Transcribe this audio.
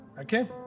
okay